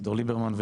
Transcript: אביגדור ליברמן,